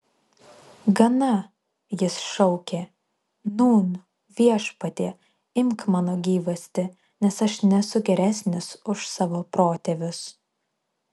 gana jis šaukė nūn viešpatie imk mano gyvastį nes aš nesu geresnis už savo protėvius